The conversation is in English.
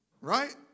Right